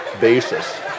basis